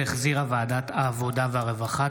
שהחזירה ועדת העבודה והרווחה.